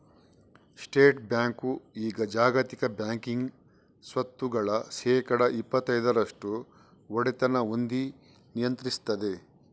state bank ಈಗ ಜಾಗತಿಕ banking ಸ್ವತ್ತುಗಳ ಶೇಕಡಾ ಇಪ್ಪತೈದರಷ್ಟು ಒಡೆತನ ಹೊಂದಿ ನಿಯಂತ್ರಿಸ್ತದೆ